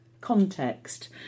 context